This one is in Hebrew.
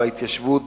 בהתיישבות,